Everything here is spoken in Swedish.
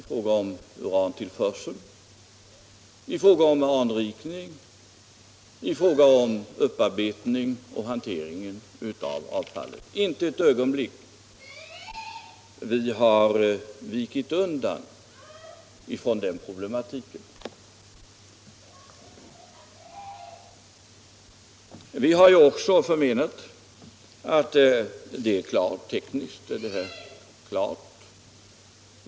fråga om urantillförsel, anrikning, upparbetning och hanteringen av avfallet. Inte ett ögonblick har vi vikit undan från den problematiken. Vi har också förmenat att det är klart tekniskt.